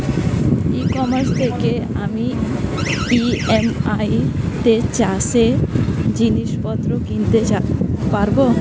ই commerce থেকে আমি EMI তে চাষে জিনিসপত্র কিনতে পারব?